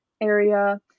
area